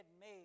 made